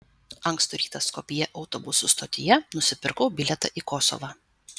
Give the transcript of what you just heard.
ankstų rytą skopjė autobusų stotyje nusipirkau bilietą į kosovą